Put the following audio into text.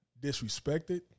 disrespected